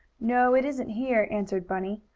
no, it isn't here, answered bunny.